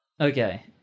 Okay